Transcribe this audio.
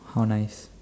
how nice